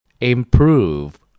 Improve